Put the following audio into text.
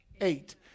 eight